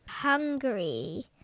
Hungry